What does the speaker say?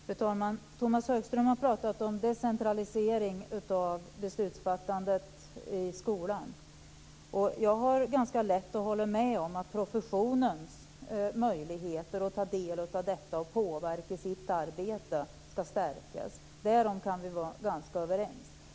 Fru talman! Tomas Högström talade om decentralisering av beslutsfattandet inom skolan. Det är ganska lätt för mig att hålla med om att professionens möjligheter att ta del av detta och påverka sitt arbete ska stärkas. Därom kan vi vara ganska överens.